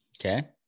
Okay